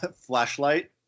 Flashlight